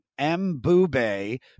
Mbube